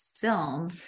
film